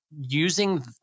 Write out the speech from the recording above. using